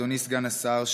אדוני סגן השר,